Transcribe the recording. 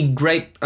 great